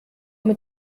mit